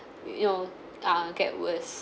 you know uh get worse